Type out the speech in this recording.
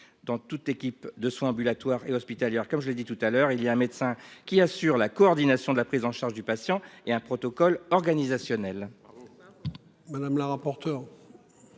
dans toute équipe de soins ambulatoires et hospitalières comme je l'ai dit tout à l'heure, il y a un médecin qui assure la coordination de la prise en charge du patient et un protocole organisationnel.